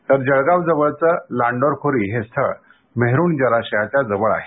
तर जळगाव जवळचं लांडोरखोरी हे स्थळ मेहरूण जलाशयाच्या जवळ आहे